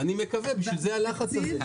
אני מקווה, בשביל זה הלחץ הזה.